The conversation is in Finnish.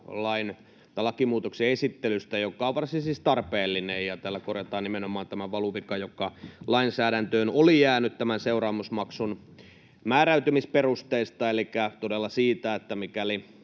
lakimuutoksen esittelystä. Se on siis varsin tarpeellinen. Tällä korjataan nimenomaan tämä valuvika, joka lainsäädäntöön oli jäänyt seuraamusmaksun määräytymisperusteista elikkä todella siitä, että mikäli